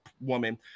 woman